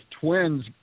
twins